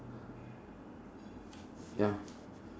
ya